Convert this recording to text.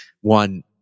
one